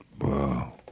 Wow